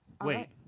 Wait